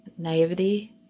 Naivety